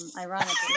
ironically